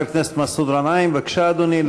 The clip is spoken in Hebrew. חבר הכנסת מסעוד גנאים, בבקשה, אדוני.